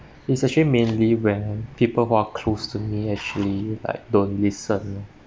it's actually mainly when people who are close to me actually like don't listen loh